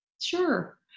Sure